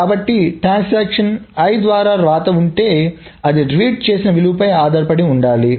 కాబట్టి transaction i ద్వారా వ్రాత ఉంటే అది రీడ్ చేసిన విలువపై ఆధారపడి ఉండాలి